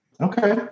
Okay